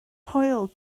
hwyl